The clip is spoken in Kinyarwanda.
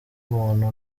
umuntu